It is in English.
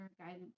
guidance